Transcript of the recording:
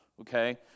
okay